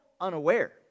unaware